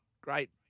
great